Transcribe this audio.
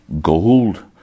gold